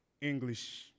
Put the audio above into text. English